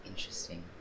Interesting